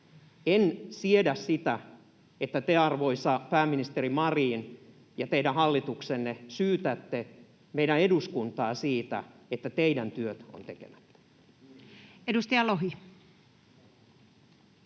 En siedä sitä, että te, arvoisa pääministeri Marin, ja teidän hallituksenne syytätte meidän eduskuntaa siitä, että teidän työnne on tekemättä.